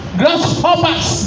grasshoppers